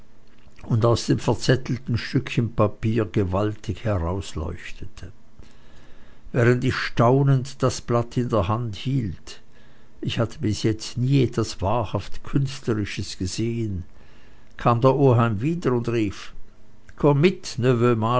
und aus dem verzettelten stückchen papier gewaltig herausleuchtete während ich staunend das blatt in der hand hielt ich hatte bis jetzt nie etwas wahrhaft künstlerisches gesehen kam der oheim wieder und rief komm mit